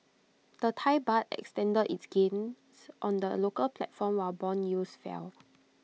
the Thai Baht extended its gains on the local platform while Bond yields fell